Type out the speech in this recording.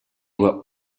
were